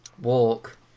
walk